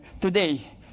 today